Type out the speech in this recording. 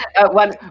One